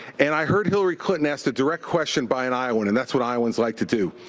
and i heard hillary clinton asked a direct question by an iowan, and that's what iowans like to do.